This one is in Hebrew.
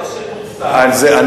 סליחה, זה מה שפורסם.